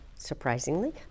surprisingly